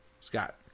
Scott